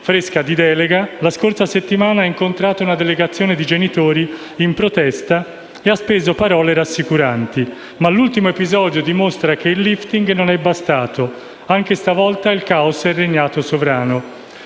fresca di delega, la scorsa settimana ha incontrato una delegazione di genitori in protesta e ha speso parole rassicuranti, ma l'ultimo episodio dimostra che il *lifting* non è bastato: anche stavolta il caos ha regnato sovrano.